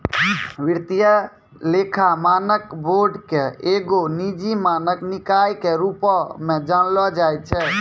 वित्तीय लेखा मानक बोर्ड के एगो निजी मानक निकाय के रुपो मे जानलो जाय छै